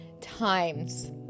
times